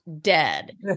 dead